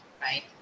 right